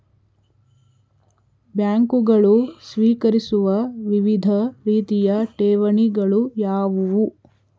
ಬ್ಯಾಂಕುಗಳು ಸ್ವೀಕರಿಸುವ ವಿವಿಧ ರೀತಿಯ ಠೇವಣಿಗಳು ಯಾವುವು?